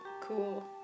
cool